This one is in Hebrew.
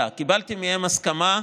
קיבלתי מהם הסכמה,